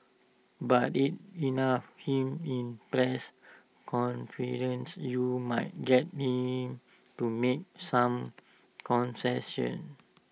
but IT enough him in press conference you might get him to make some concessions